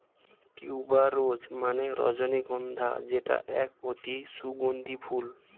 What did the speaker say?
tuber rose মানে রজনীগন্ধা যেটা এক অতি সুগন্ধি ফুল